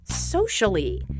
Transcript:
socially